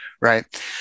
right